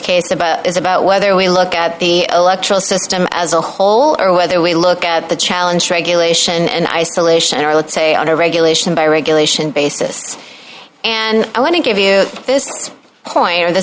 case about is about whether we look at the electoral system as a whole or whether we look at the challenge regulation and isolation or let's say on a regulation by regulation basis and i want to give you this point in th